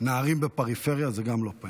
נערים בפריפריה זה גם לא פוניבז'.